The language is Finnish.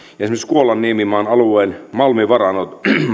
kuolan niemimaan alueen malmivarantojen